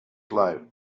life